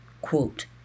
quote